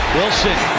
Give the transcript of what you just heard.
Wilson